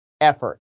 effort